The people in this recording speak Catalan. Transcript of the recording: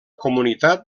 comunitat